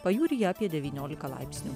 pajūryje apie devyniolika laipsnių